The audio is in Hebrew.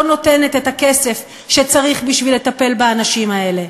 לא נותנת את הכסף שצריך בשביל לטפל באנשים האלה.